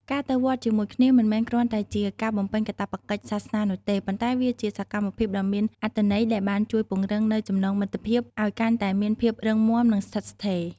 ការទៅវត្តជាមួយគ្នាមិនមែនគ្រាន់តែជាការបំពេញកាតព្វកិច្ចសាសនានោះទេ ប៉ុន្តែវាជាសកម្មភាពដ៏មានអត្ថន័យដែលបានជួយពង្រឹងនូវចំណងមិត្តភាពឲ្យកាន់តែមានភាពរឹងមាំនិងស្ថិតស្ថេរ។